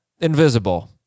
invisible